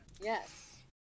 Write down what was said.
Yes